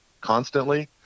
constantly